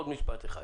עוד משפט אחד.